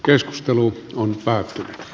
keskustelu on päättynyt